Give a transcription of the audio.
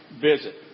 visit